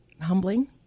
humbling